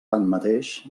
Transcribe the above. tanmateix